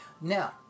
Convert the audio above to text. Now